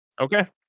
Okay